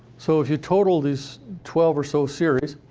so if you total these twelve or so series,